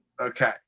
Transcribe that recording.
Okay